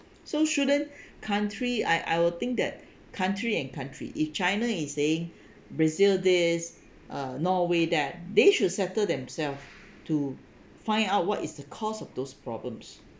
so shouldn't country I'll I'll think that country and country if china is saying brazil this uh norway that they should settle themself to find out what is the cause of those problems